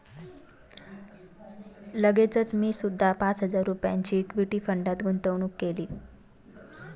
लगेचच मी सुद्धा पाच हजार रुपयांची इक्विटी फंडात गुंतवणूक केली